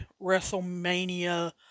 WrestleMania